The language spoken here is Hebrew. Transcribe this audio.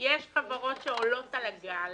יש חברות שעולות על הגל